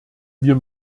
wir